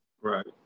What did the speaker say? Right